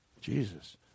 Jesus